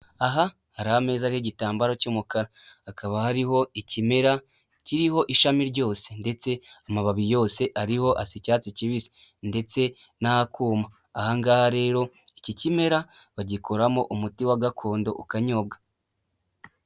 Aha hari ameza ariho igitambaro cy'umukara hakaba hariho ikimera kiriho ishami ryose ndetse amababi yose ariho asa icyatsi kibisi ndetse n'akuma, aha ngaha rero iki kimera bagikoramo umuti wa gakondo ukanyobwa.